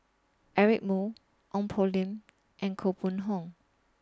Eric Moo Ong Poh Lim and Koh Mun Hong